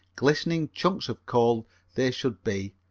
glistening chunks of coal they should be,